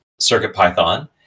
CircuitPython